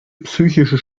psychische